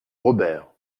robert